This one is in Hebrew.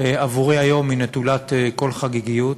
עבורי היום היא נטולת כל חגיגיות,